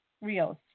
Rios